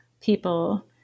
people